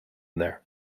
there